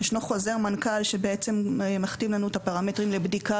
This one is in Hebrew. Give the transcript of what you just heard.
ישנו חוזר מנכ"ל שבעצם מכתיב לנו את הפרמטרים לבדיקה